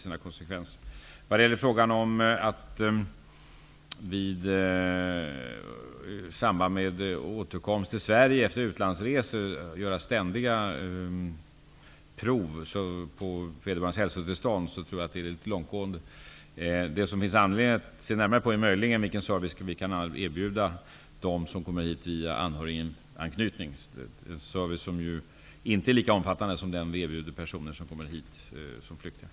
Jag tror att det är litet för långtgående att göra ständiga prov på människors hälsotillstånd i samband med återkomst till Sverige efter utlandsresor. Det som finns anledning att se närmare på är möjligen vilken service vi kan erbjuda dem som kommer hit via anhöriganknytning, en service som inte är lika omfattande som den som erbjuds personer som kommer hit som flyktingar.